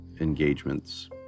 engagements